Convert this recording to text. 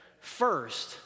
First